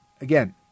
Again